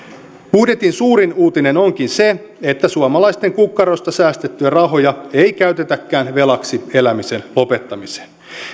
budjetin suurin uutinen onkin se että suomalaisten kukkarosta säästettyjä rahoja ei käytetäkään velaksi elämisen lopettamiseen